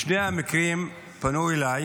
בשני המקרים פנו אליי